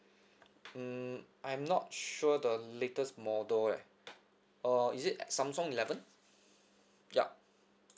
mm I'm not sure the latest model eh uh is it samsung eleven ya